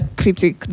critic